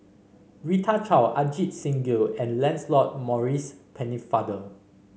Rita Chao Ajit Singh Gill and Lancelot Maurice Pennefather